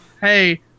Hey